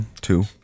Two